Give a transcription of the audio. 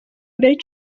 mbere